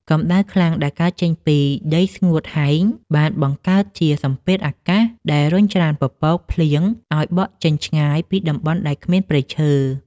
កម្ដៅខ្លាំងដែលកើតចេញពីដីស្ងួតហែង បានបង្កើតជាសម្ពាធអាកាសដែលរុញច្រានពពកភ្លៀងឱ្យបក់ចេញឆ្ងាយពីតំបន់ដែលគ្មានព្រៃឈើ។